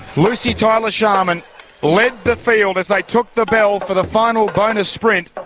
lucy tyler-sharman led the field as they took the bell for the final bonus sprint,